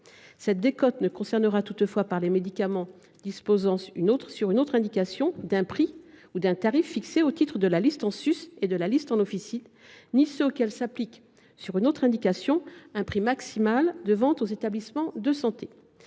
Cette décote ne concernera toutefois pas les médicaments disposant, sur une autre indication, d’un prix ou d’un tarif fixé au titre de la liste en sus et de la liste en officine, ni ceux auxquels s’applique, sur une autre indication, un prix maximal de vente aux établissements de santé.